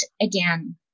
again